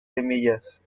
semillas